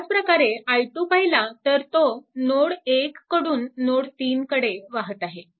ह्याच प्रकारे i2 पाहिला तर तो नोड 1 कडून नोड 3 कडे वाहत आहे